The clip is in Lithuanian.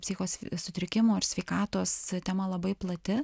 psichikos sutrikimų ar sveikatos tema labai plati